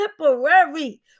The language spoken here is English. temporary